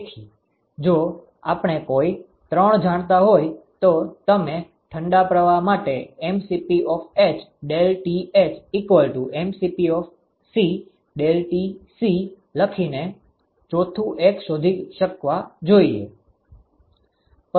તેથી જો આપણે કોઈ 3 જાણતા હોઈ તો તમે ઠંડા પ્રવાહ માટે h ∆Th c ∆Tc લખીને 4થુ એક શોધી શકવા જોઈએ